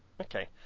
Okay